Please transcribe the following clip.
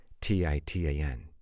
T-I-T-A-N